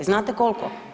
Znate kolko?